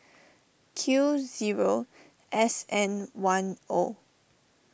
Q zero S N one O